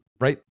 Right